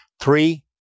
Three